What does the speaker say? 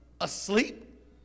asleep